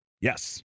Yes